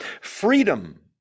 Freedom